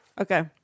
Okay